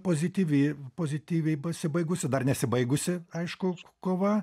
pozityvi pozityviai pasibaigusi dar nesibaigusi aišku kova